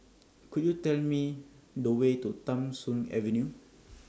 Could YOU Tell Me The Way to Tham Soong Avenue